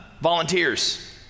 volunteers